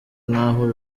nkaho